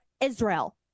Israel